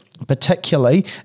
particularly